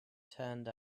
turned